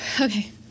okay